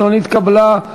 נתקבלה.